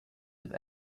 with